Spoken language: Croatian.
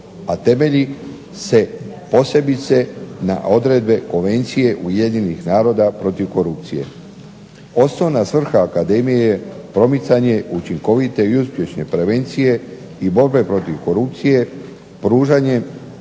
a temelji se posebice na odredbe Konvecije UN-a protiv korupcije. Osnovna svrha akademije je promicanje učinkovite i uspješne prevencije i borbe protiv korupcije pružanjem